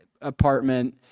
apartment